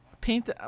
paint